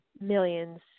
millions